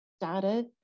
data